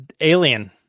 Alien